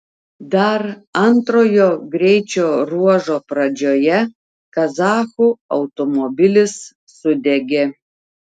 dar antrojo greičio ruožo pradžioje kazachų automobilis sudegė